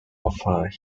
offered